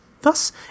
Thus